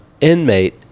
inmate